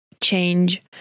change